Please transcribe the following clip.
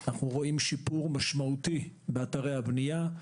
אנחנו רואים שיפור משמעותי באתרי הבנייה.